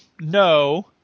No